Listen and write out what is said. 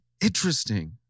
Interesting